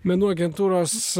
menų agentūros